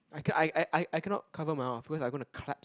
I can't I I I cannot cover my mouth because I'm going to claps